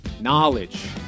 knowledge